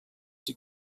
die